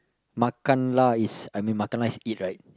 makan lah is I mean makan lah is eat right